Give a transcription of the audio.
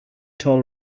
tall